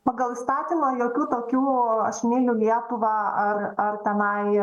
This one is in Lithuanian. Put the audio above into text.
pagal įstatymą jokių tokių aš myliu lietuvą ar ar tenai